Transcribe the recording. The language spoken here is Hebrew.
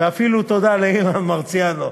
ואפילו תודה לאילן מרסיאנו.